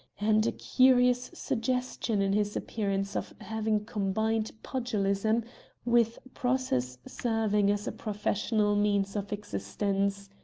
and a curious suggestion in his appearance of having combined pugilism with process-serving as a professional means of existence.